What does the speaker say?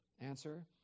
Answer